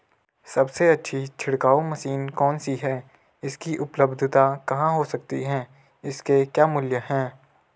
सबसे अच्छी छिड़काव मशीन कौन सी है इसकी उपलधता कहाँ हो सकती है इसके क्या मूल्य हैं?